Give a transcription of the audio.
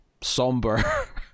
somber